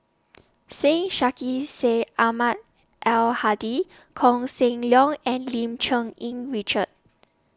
Syed Sheikh Syed Ahmad Al Hadi Koh Seng Leong and Lim Cherng Yih Richard